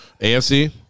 AFC